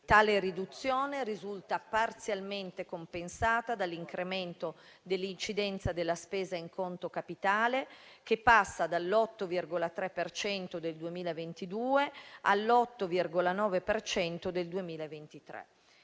Tale riduzione risulta parzialmente compensata dall'incremento dell'incidenza della spesa in conto capitale, che passa dall'8,3 per cento del 2022